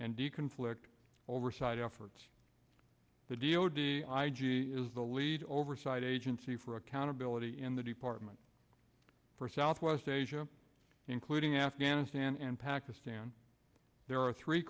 and do conflict oversight efforts the d o d i g is the lead oversight agency for accountability in the department for southwest asia including afghanistan and pakistan there are three